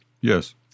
Yes